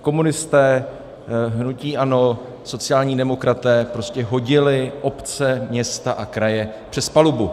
Komunisté, hnutí ANO, sociální demokraté prostě hodili obce, města a kraje přes palubu.